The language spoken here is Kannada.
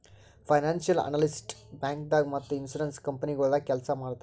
ಫೈನಾನ್ಸಿಯಲ್ ಅನಲಿಸ್ಟ್ ಬ್ಯಾಂಕ್ದಾಗ್ ಮತ್ತ್ ಇನ್ಶೂರೆನ್ಸ್ ಕಂಪನಿಗೊಳ್ದಾಗ ಕೆಲ್ಸ್ ಮಾಡ್ತರ್